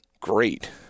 great